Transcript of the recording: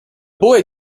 boy